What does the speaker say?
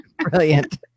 brilliant